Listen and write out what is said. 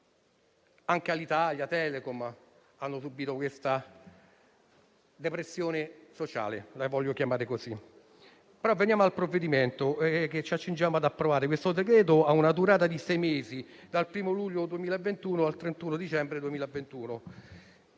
Anche Alitalia e Telecom hanno subito questa depressione sociale, desidero chiamarla così. Venendo al provvedimento che ci accingiamo ad approvare, il decreto-legge in esame ha una durata di sei mesi, dal 1° luglio 2021 al 31 dicembre 2021.